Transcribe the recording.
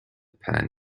pan